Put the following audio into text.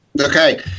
Okay